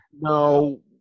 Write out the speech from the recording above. No